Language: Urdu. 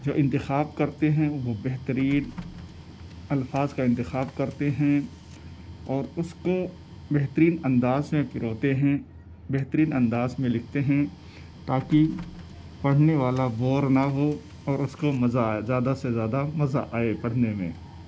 جو انتخاب کرتے ہیں وہ بہترین الفاظ کا انتخاب کرتے ہیں اور اس کو بہترین انداز میں پروتے ہیں بہترین انداز میں لکھتے ہیں تاکہ پڑھنے والا بور نہ ہو اور اس کو مزہ آئے زیادہ سے زیادہ مزہ آئے پڑھنے میں